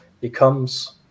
becomes